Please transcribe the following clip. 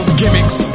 gimmicks